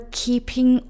keeping